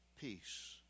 peace